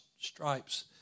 stripes